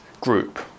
group